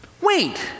Wait